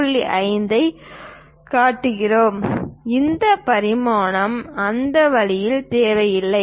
5 ஐக் காட்டுகிறோம் இந்த பரிமாணம் அந்த வழியில் தேவையில்லை